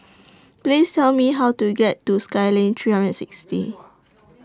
Please Tell Me How to get to Skyline three hundred and sixty